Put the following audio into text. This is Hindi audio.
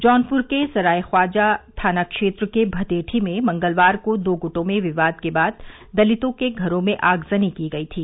जौनपुर के सरायख्वाजा थाना क्षेत्र के भदेठी में मंगलवार को दो गुटों में विवाद के बाद दलितों के घरों में आगजनी की गयी थी